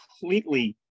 completely